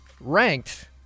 Ranked